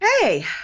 Hey